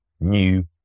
new